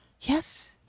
yes